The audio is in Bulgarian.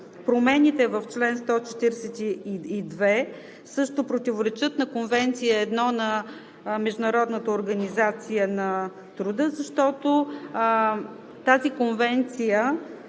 промените в чл. 142 също противоречат на Конвенция № 1 на Международната организация на труда, защото за тази конвенция